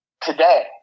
today